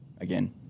again